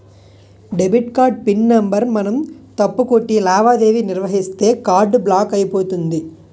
debit card pin number మనం తప్పు కొట్టి లావాదేవీ నిర్వహిస్తే కార్డు బ్లాక్ అయిపోతుంది